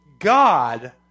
God